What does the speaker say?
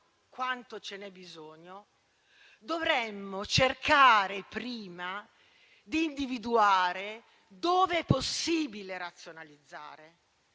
quanto ce n'è bisogno - dovremmo cercare prima di individuare dove è possibile razionalizzare,